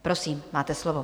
Prosím, máte slovo.